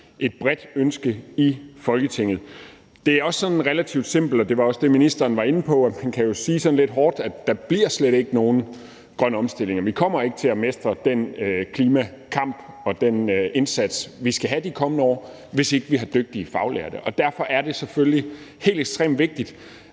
et bredt ønske i Folketinget. Det er også relativt simpelt – og det var også det, ministeren var inde på – at man lidt hårdt kan sige, at der slet ikke bliver nogen grøn omstilling, og at vi ikke kommer til at håndtere den klimakamp og den indsats, vi skal have de kommende år, hvis ikke vi har dygtige faglærte. Derfor er det selvfølgelig helt ekstremt vigtigt,